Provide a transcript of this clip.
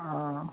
आं